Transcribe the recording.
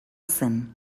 zen